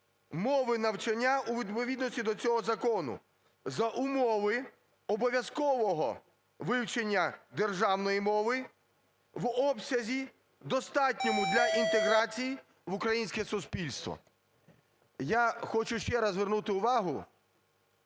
мови навчання у відповідності до цього закону, за умови обов'язкового вивчення державної мови в обсязі, достатньому для інтеграції в українське суспільство". Я хочу ще раз звернути увагу,